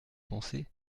pensez